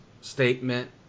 statement